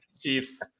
Chiefs